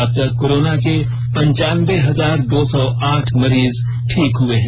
अबतक कोरोना के पनचानबे हजार दो सौ आठ मरीज ठीक हुए हैं